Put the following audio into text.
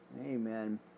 Amen